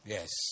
Yes